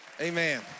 amen